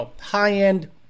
high-end